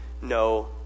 no